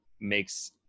makes